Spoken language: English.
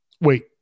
wait